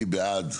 מי בעד,